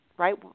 right